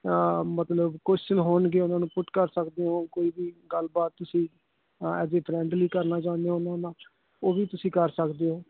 ਮਤਲਬ ਕੋਸ਼ਚਨ ਹੋਣਗੇ ਉਨ੍ਹਾਂ ਨੂੰ ਪੁੱਟ ਕਰ ਸਕਦੇ ਹੋ ਕੋਈ ਵੀ ਗੱਲ ਬਾਤ ਤੁਸੀਂ ਅ ਐਜ ਏ ਫਰੈਂਡਲੀ ਕਰਨਾ ਚਾਹੁੰਦੇ ਹੋ ਉਨ੍ਹਾਂ ਨਾਲ ਉਹ ਵੀ ਤੁਸੀਂ ਕਰ ਸਕਦੇ ਹੋ